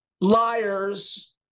liars